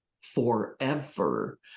Forever